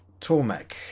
Tormek